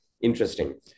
Interesting